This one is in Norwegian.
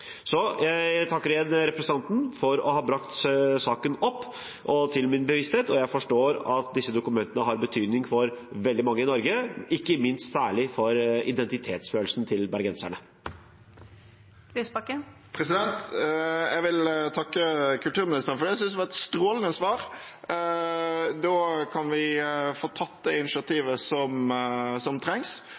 Jeg takker igjen representanten for å ha brakt saken opp og til min bevissthet. Jeg forstår at disse dokumentene har betydning for veldig mange i Norge, ikke minst for identitetsfølelsen til bergenserne. Jeg vil takke kulturministeren for det jeg synes var et strålende svar! Da kan vi få tatt det initiativet som trengs,